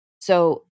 So-